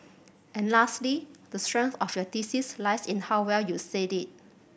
and lastly the strength of your thesis lies in how well you said it